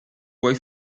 vuoi